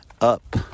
up